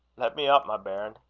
lat me up, my bairn.